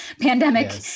pandemic